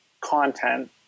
content